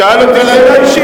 הוא שאל אותי שאלה אישית,